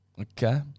Okay